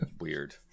Weird